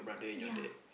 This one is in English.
yeah